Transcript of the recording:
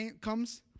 comes